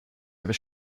over